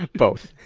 both.